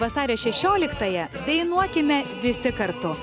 vasario šešioliktąją dainuokime visi kartu